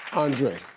andre,